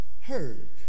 heard